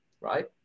right